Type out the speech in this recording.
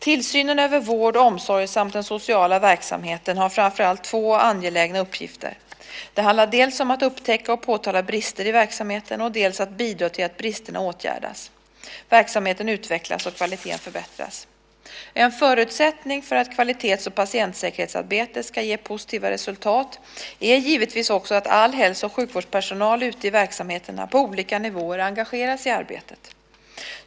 Tillsynen över vård, omsorg samt den sociala verksamheten har framför allt två angelägna uppgifter. Det handlar om dels att upptäcka och påtala brister i verksamheten, dels att bidra till att bristerna åtgärdas, verksamheten utvecklas och att kvaliteten förbättras. En förutsättning för att kvalitets och patientsäkerhetsarbete ska ge positiva resultat är givetvis också att all hälso och sjukvårdspersonal ute i verksamheterna, på olika nivåer, engageras i arbetet.